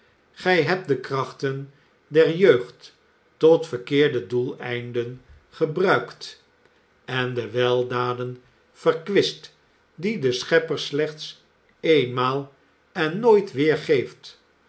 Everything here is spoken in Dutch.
gij hebt de krachten der jeugd tot verkeerde doeleinden verbruikt en de weldaden verkwist die de schepper slechts eenmaal en nooit weer geeft